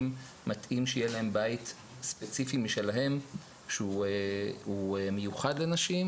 מתאים שיהיה להן בית ספציפי משלהן שהוא מיוחד לנשים,